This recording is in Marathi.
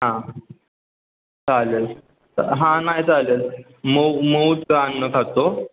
हां चालेल हां नाही चालेल मऊ मऊच अन्न खातो